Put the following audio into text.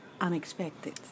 unexpected